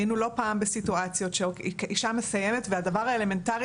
היינו לא פעם בסיטואציות שאישה מסיימת והדבר האלמנטרי